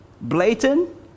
blatant